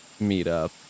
meetup